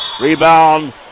Rebound